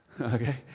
okay